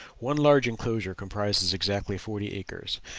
one large enclosure comprises exactly forty acres.